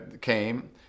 came